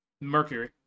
Mercury